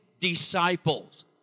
disciples